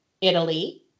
Italy